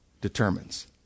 determines